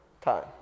time